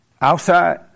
outside